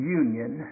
union